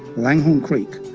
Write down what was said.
langhorne creek,